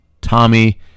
tommy